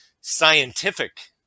scientific